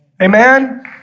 Amen